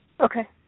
Okay